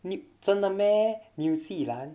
你真的 meh 纽西兰